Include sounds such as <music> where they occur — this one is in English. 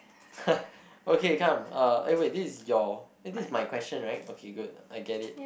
<laughs> okay come uh eh wait this is your wait this is my question right okay good I get it